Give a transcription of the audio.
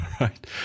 right